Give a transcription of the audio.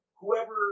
Whoever